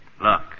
Look